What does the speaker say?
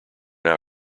now